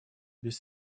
без